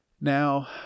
Now